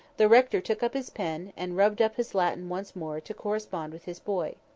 the rector took up his pen, and rubbed up his latin once more, to correspond with his boy.